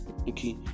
okay